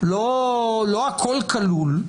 לא הכול כלול,